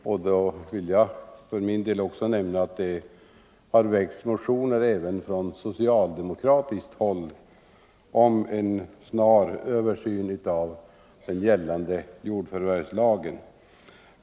Jag vill för min del också nämna att det har väckts motioner även från socialdemokratiskt håll om en snar översyn av den gällande jordförvärvslagen.